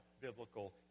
biblical